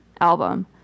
album